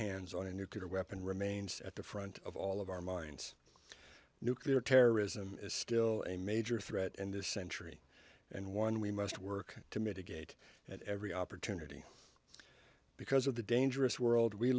hands on a nuclear weapon remains at the front of all of our minds nuclear terrorism is still a major threat in this century and one we must work to mitigate at every opportunity because of the dangerous world we